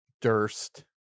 Durst